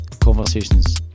conversations